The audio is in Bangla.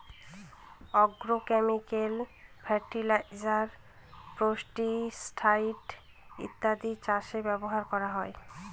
আগ্রোক্যামিকাল ফার্টিলাইজার, পেস্টিসাইড ইত্যাদি চাষে ব্যবহার করা হয়